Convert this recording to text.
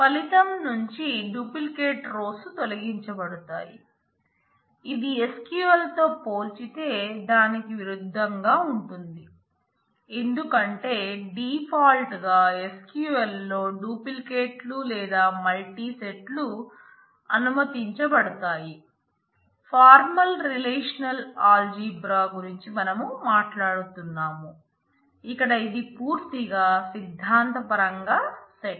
ఫలితం నుంచి duplicate rows గురించి మనం మాట్లాడుతున్నాం ఇక్కడ ఇది పూర్తిగా సిద్ధాంతపరంగా సెట్